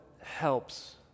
helps